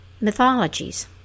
mythologies